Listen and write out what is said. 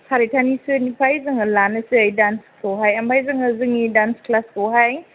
सारिथासोनिफ्राय जोङो लानोसै दान्सखौहाय ओमफ्राय जोङो जोंनि दान्स ख्लासखौहाय